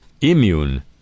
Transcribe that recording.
immune